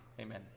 Amen